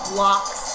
blocks